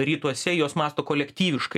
rytuose jos mąsto kolektyviškai